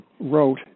wrote